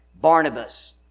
Barnabas